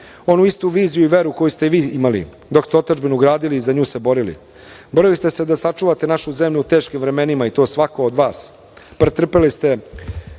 Onu istu viziju i veru koju ste i vi imali dok ste otadžbinu gradili i za nju se borili. Borili ste se da sačuvate našu zemlju u teškim vremenima i to svako od vas.